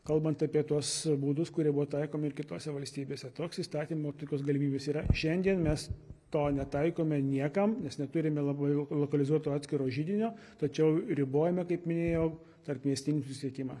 kalbant apie tuos būdus kurie buvo taikomi ir kitose valstybėse toks įstatymo tokios galimybės yra šiandien mes to netaikome niekam nes neturime labai jau lokalizuoto atskiro židinio tačiau ribojame kaip minėjau tarpmiestinį susiekimą